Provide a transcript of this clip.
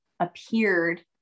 appeared